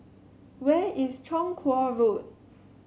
where is Chong Kuo Road